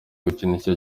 gukinisha